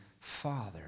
father